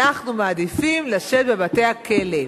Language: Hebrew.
אנחנו מעדיפים לשבת בבתי-הכלא.